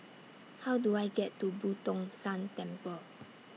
How Do I get to Boo Tong San Temple